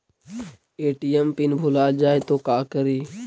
ATM PIN भुला जाए तो का करी?